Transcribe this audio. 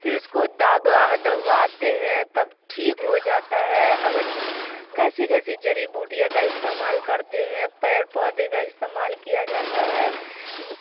پھر اس کو دبا دبواتے ہیں تب ٹھیک ہو جاتا ہے اگر کیسی کیسی جڑی بوٹیاں کا استعمال کرتے ہیں پیڑ پودے کا استعمال کیا جاتا ہے